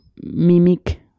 mimic